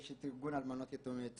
יש את ארגון אלמנות יתומי צה"ל,